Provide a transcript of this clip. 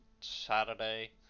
Saturday